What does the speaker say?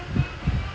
what do you mean